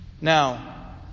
now